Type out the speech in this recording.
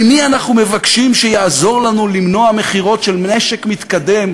ממי אנחנו מבקשים שיעזור לנו למנוע מכירות של נשק מתקדם